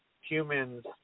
humans